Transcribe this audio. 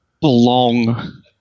belong